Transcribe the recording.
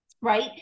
Right